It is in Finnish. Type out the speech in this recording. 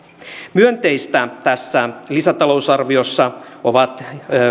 myönteistä tässä lisätalousarviossa ovat